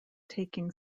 taking